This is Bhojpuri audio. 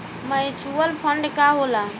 म्यूचुअल फंड का होखेला?